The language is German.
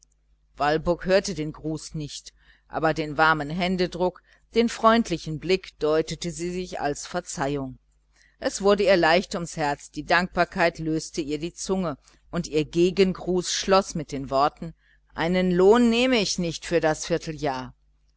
walburg hörte den gruß nicht aber den händedruck den freundlichen blick deutete sie sich als verzeihung es wurde ihr leicht ums herz die dankbarkeit löste ihr die zunge und ihr gegengruß schloß mit den worten einen lohn nehme ich nicht für das vierteljahr